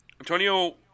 Antonio